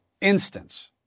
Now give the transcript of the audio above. instance